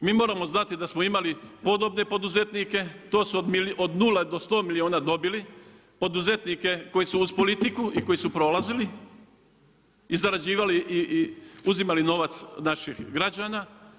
Mi moramo znati da smo imali podobne poduzetnike, to su od 0 do 100 milijuna dobili, poduzetnike, koji su uz politiku i koji su prolazili i zarađivali i uzimali novac naših građana.